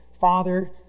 Father